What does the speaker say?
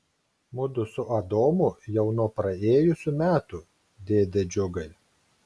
mudu su adomu jau nuo praėjusių metų dėde džiugai